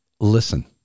Listen